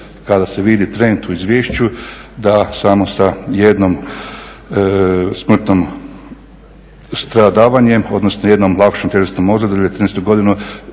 kada se vidi trend u izvješću da samo sa jednom smrtnom stradavanjem, odnosno jednom lakšom tjelesnom ozljedom 2013. godinu